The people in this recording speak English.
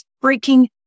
breaking